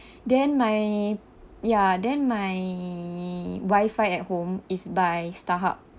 then my ya then my wifi at home is by Starhub